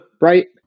Right